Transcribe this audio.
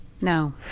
no